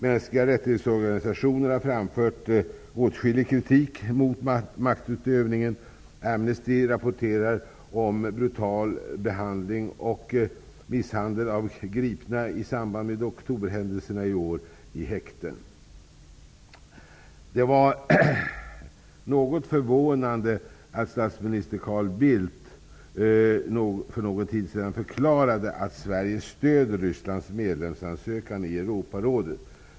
Organisationer för mänskliga rättigheter har framfört åtskillig kritik mot maktutövningen. Amnesty International rapporterar om brutal behandling och misshandel av gripna i häkte i samband med händelserna i oktober i år. Det var något förvånande att statsminister Carl Bildt för någon tid sedan förklarade att Sverige stöder Rysslands medlemsansökan i Europarådet.